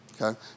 Okay